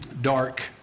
dark